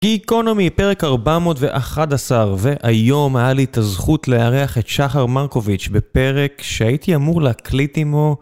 איקונומי, פרק 411, והיום היה לי את הזכות לארח את שחר מרקוביץ' בפרק שהייתי אמור להקליט עמו.